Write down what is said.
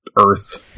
earth